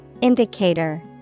Indicator